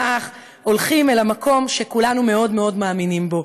האח הולכים אל המקום שכולנו מאוד מאוד מאמינים בו.